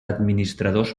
administradors